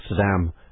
Saddam